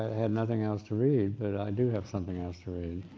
had nothing else to read, but i do have something else to read.